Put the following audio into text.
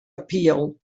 appeal